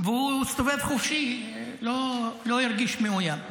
הוא הסתובב חופשי, לא הרגיש מאוים.